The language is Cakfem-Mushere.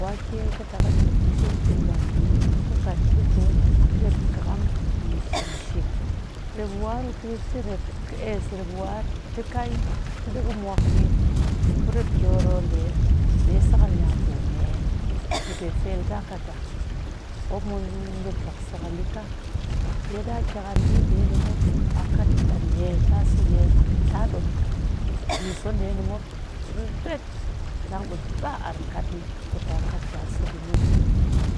wake kɨtap ƙɨ cet kɨ shel pinmuan yini kɨ kat ni pee ret ƙɨkam yi shimshi. Rep waar ku kɨ cet rep kɨ ess rep waar tikai tɨ ɗii kɨ mok ɗii kurep gioro ɗee, dɛ sakal nya poome ni pe fel takat'a mop mun le gag sakal ɗika ɗee ɗaa kyakar ɓii ɗee nimop a kat a ne ta so ɗɨe. Ɗaa ɗom ɓiiso ɗee ninmop riret ɗang ɓii ba arr kat ni kuta kat ta soɗii.